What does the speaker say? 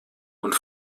und